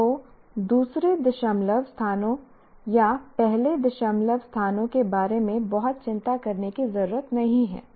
एक को दूसरे दशमलव स्थानों या पहले दशमलव स्थानों के बारे में बहुत चिंता करने की ज़रूरत नहीं है